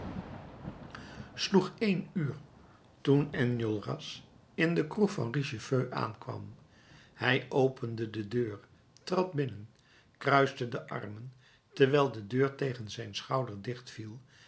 sloeg één uur toen enjolras in de kroeg van richefeu aankwam hij opende de deur trad binnen kruiste de armen terwijl de deur tegen zijn schouder dicht